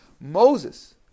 Moses